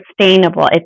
sustainable